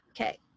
Okay